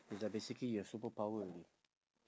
is like basically you have superpower already